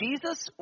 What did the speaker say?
Jesus